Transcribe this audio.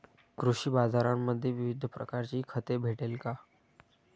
कृषी बाजारांमध्ये विविध प्रकारची खते भेटेल का?